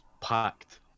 packed